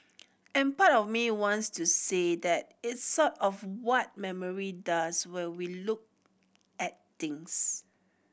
and part of me wants to say that it's sort of what memory does when we look at things